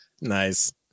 Nice